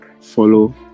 follow